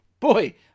Boy